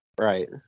Right